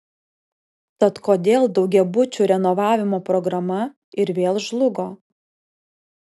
tad kodėl daugiabučių renovavimo programa ir vėl žlugo